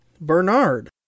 Bernard